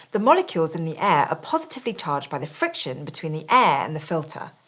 the molecules in the air are positively charged by the friction between the air and the filter.